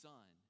Son